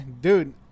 dude